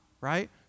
right